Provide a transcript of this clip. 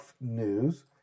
news